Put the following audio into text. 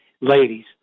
Ladies